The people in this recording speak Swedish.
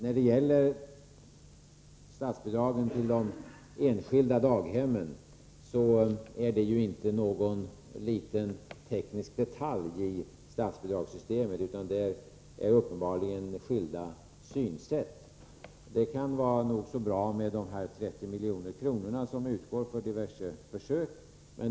Diskussionen om statsbidragen till de enskilda daghemmen bygger inte på någon liten teknisk detalj i statsbidragssystemet, utan beror uppenbarligen på skilda synsätt. Det kan vara nog så bra med dessa 30 milj.kr. som utgår för diverse försök.